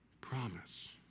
promise